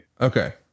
Okay